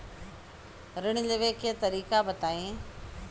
ऋण लेवे के तरीका बताई?